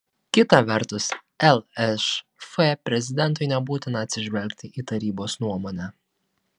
kita vertus lšf prezidentui nebūtina atsižvelgti į tarybos nuomonę